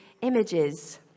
images